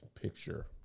picture